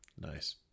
Nice